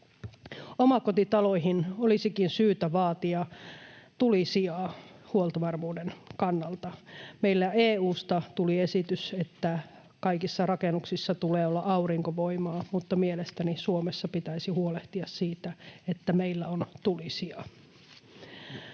Omakotitaloihin olisikin syytä vaatia tulisijaa huoltovarmuuden kannalta. EU:sta tuli esitys, että kaikissa rakennuksissa tulee olla aurinkovoimaa, mutta mielestäni Suomessa pitäisi huolehtia siitä, että meillä on tulisija.